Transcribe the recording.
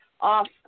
off